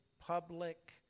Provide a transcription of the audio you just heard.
public